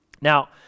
Now